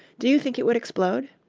do you think it would explode?